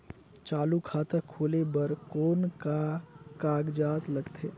चालू खाता खोले बर कौन का कागजात लगथे?